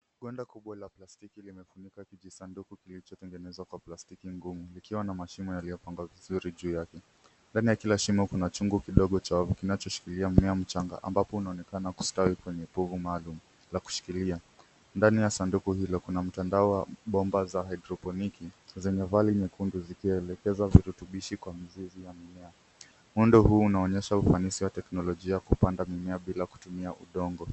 Bonde kubwa la plastiki limefunika kijisanduku kilicho tengenezwa kwa plastiki ngumu likiwa na mashimo yaliyo pangwa vizuri juu yake, ndani ya kila shimo kuna chungu kidogo cha wavu kinacho shikilia mnya mchanga ambapo una onekana kustwai kwenye povu maalum lakushikilia, ndani ya sanduku hilo kuna mtandao wa bomba za hidroponiki zenye vali mekundu ziki elekeza vitutubishi kwa mzizi ya mimea. Muundo huu una onyesha ufanisi wa teknolojia ya kupanda mimea bila kutumia udongo.